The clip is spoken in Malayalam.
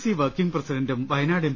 സി വർക്കിംഗ് പ്രസിഡന്റും വയനാട് എം